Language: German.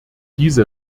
diese